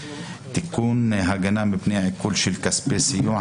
(תיקון הגנה מפני עיקול של כספי סיוע),